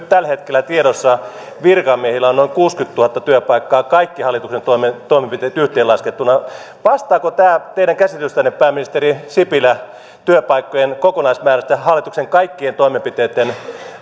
tällä hetkellä tiedossa virkamiehillä on noin kuusikymmentätuhatta työpaikkaa kaikki hallituksen toimenpiteet yhteenlaskettuna vastaako tämä teidän käsitystänne pääministeri sipilä työpaikkojen kokonaismäärästä hallituksen kaikkien toimenpiteitten